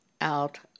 out